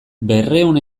berrehun